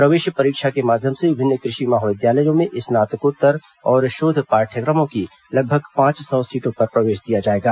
प्रवेश परीक्षा के माध्यम से विभिन्न कृषि महाविद्यालयों में स्नातकोत्तर और शोध पाठ्यक्रमों की लगभग पांच सौ सीटों पर प्रवेश दिया जाएगा